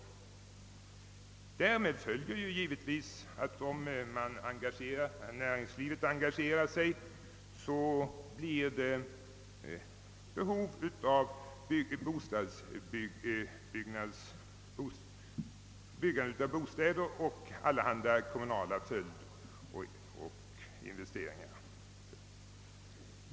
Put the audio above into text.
Där näringslivet engagerar sig blir det givetvis behov av bostadsbyggande och allehanda kommunala följdinvesteringar.